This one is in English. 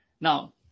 Now